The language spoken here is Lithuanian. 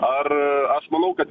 ar aš manau kad